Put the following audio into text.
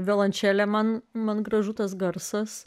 violončelė man man gražu tas garsas